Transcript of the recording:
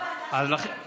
זאת הוועדה שיש,